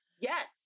Yes